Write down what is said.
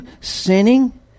sinning